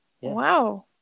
Wow